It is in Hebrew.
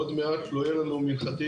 עוד מעט לא יהיה לנו מנחתים.